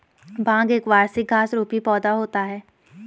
भांग एक वार्षिक घास रुपी पौधा होता है